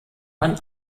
man